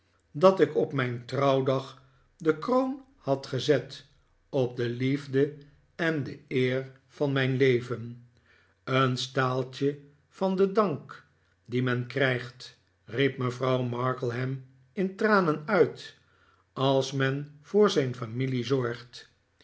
dat ik op mijn trouwdag de kroon had gezet op de liefde en de eer van mijn leven een staaltje van den dank dien men krijgtf riep mevrouw markleham in tranen uit als men voor zijn familie zorgt